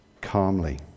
calmly